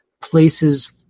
places